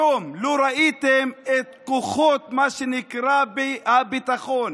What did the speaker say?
היום, לו ראיתם את כוחות, מה שנקרא הביטחון,